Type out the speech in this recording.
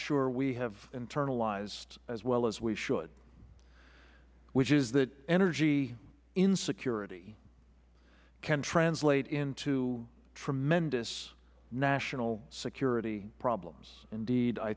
sure we have internalized as well as we should which is that energy insecurity can translate into tremendous national security problems indeed i